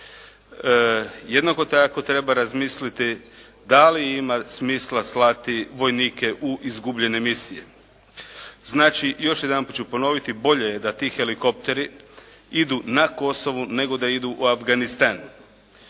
Jednako tako treba razmisliti da li ima smisla slati vojnike u izgubljene misije? Znači još jedanput ću ponoviti bolje je da ti helikopteri idu na Kosovo nego da idu u Afganistan.